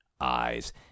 eyes